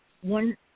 one